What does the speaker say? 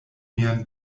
mian